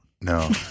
No